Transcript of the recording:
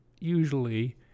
usually